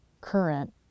current